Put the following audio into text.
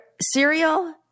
Cereal